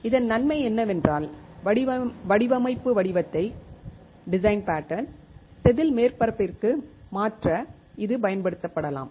இதன் நன்மை என்னவென்றால் வடிவமைப்பு வடிவத்தை செதில் மேற்பரப்பிற்கு மாற்ற இது பயன்படுத்தப்படலாம்